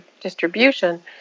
distribution